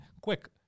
quick